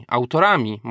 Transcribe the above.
autorami